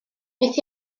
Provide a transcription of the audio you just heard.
wnes